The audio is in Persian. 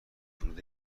ورود